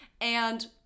And-